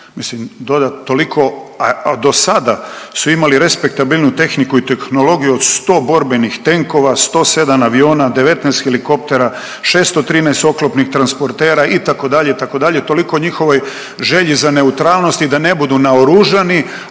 toliko, a dosada su imali respektabilnu tehniku i tehnologiju od 100 borbenih tenkova, 107 aviona, 19 helikoptera, 613 oklopnih transportera itd., itd., toliko o njihovoj želji za neutralnosti da ne budu naoružani,